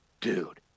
dude